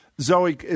Zoe